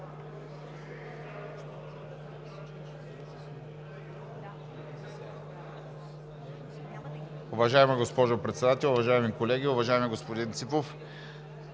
Уважаема госпожо Председател, уважаеми колеги, уважаеми господин Ципов!